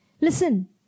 Listen